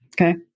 Okay